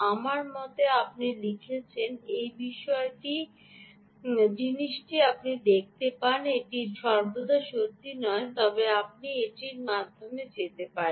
আমার মতে আপনি লিখেছেন এই বিশেষ জিনিসটি আপনি দেখতে পান এটি সর্বদা সত্য নয় তবে আপনি এটির মাধ্যমে যেতে পারেন